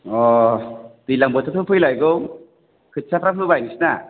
दैलाङ बोथोरबो फैलायगौ खोथियाफ्रा फोबाय नोंसिना